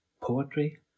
poetry